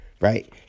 Right